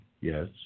Yes